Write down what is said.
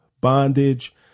bondage